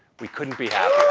we couldn't be happier.